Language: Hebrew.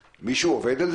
נוספים.